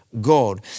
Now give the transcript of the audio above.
God